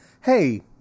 hey